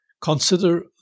consider